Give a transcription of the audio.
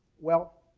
well,